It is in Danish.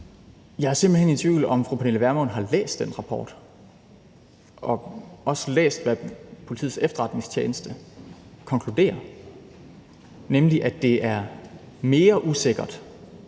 Jeg er simpelt hen i tvivl, om fru Pernille Vermund har læst den rapport og også læst, hvad Politiets Efterretningstjeneste konkluderer, nemlig at det er mere usikkert